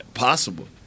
possible